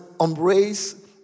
embrace